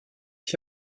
ich